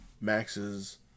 Max's